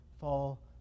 fall